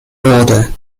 wurde